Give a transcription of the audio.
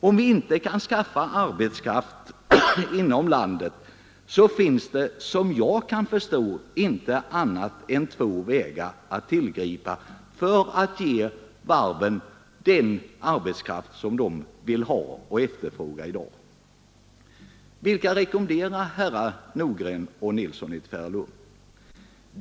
Om vi inte kan skaffa arbetskraft inom landet finns det inte, såvitt jag kan förstå, annat än två vägar att tillgripa för att ge varven den arbetskraft som de efterfrågar i dag. Vad rekommenderar herrar Nordgren och Nilsson i Tvärålund?